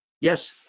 Yes